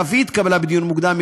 שאף היא התקבלה בדיון מוקדם,